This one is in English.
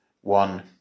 one